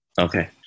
Okay